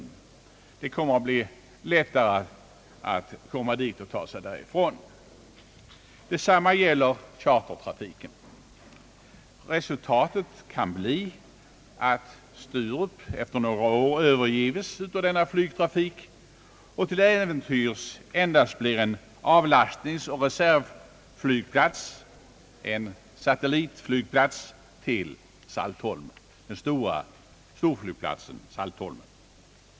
Det kommer att bli lättare att med motorfordon komma dit och att ta sig därifrån. Detsamma gäller för chartertrafiken. Resultatet kan bli att Sturup efter några år överges av denna flygtrafik och till äventyrs endast blir en avlastningsoch reservflygplats, en satellitflygplats till den stora flygplatsen Saltholm.